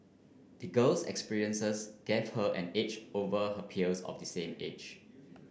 the girl's experiences gave her an edge over her peers of the same age